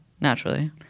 Naturally